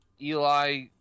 Eli